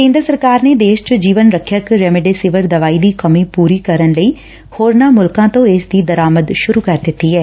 ਕੇਂਦਰ ਸਰਕਾਰ ਨੇ ਦੇਸ਼ ਚ ਜੀਵਨ ਰੱਖਿਅਕ ਰੇਮਡੇਸਿਵਰ ਦਵਾਈ ਦੀ ਕਮੀ ਪੁਰੀ ਕਰਨ ਲਈ ਹੋਰਨਾਂ ਮੁਲਕਾਂ ਤੋਂ ਇਸ ਦੀ ਦਰਾਮਦ ਸ਼ਰ ਕਰ ਦਿੱਡੀ ਐ